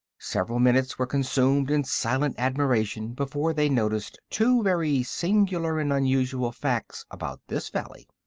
several minutes were consumed in silent admiration before they noticed two very singular and unusual facts about this valley.